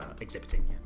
exhibiting